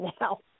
now